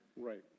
Right